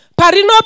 Parino